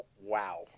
wow